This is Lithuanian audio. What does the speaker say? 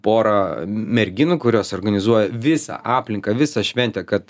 porą merginų kurios organizuoja visą aplinką visą šventę kad